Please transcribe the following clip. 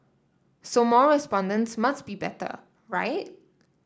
so more respondents must be better right